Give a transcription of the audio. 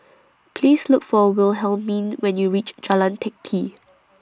Please Look For Wilhelmine when YOU REACH Jalan Teck Kee